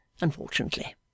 unfortunately